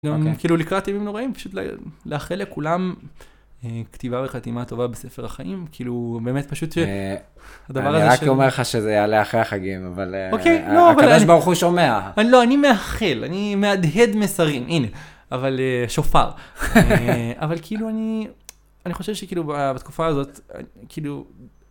כאילו לקראת ימים נוראים, פשוט לאחל לכולם כתיבה וחתימה טובה בספר החיים, כאילו, באמת פשוט שהדבר הזה ש... אני רק אומר לך שזה יעלה אחרי החגים, אבל... אוקיי. לא, אבל... הקדוש ברוך הוא שומע. אני לא, אני מאחל, אני מהדהד מסרים, הנה, אבל, שופר. אבל כאילו אני, אני חושב שכאילו בתקופה הזאת, כאילו...